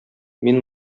мин